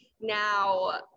now